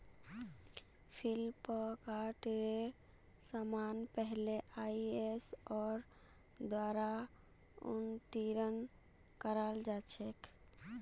फ्लिपकार्टेर समान पहले आईएसओर द्वारा उत्तीर्ण कराल जा छेक